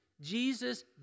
Jesus